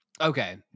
Okay